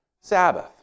Sabbath